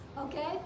Okay